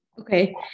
Okay